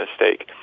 mistake